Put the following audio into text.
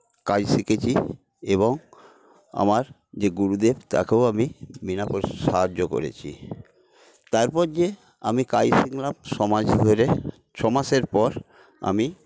কাজ শিখেছি এবং আমার যে গুরুদেব তাকেও আমি বিনা সাহায্য করেছি তারপর যে আমি কাজ শিখলাম ছমাস ধরে ছমাসের পর আমি